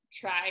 try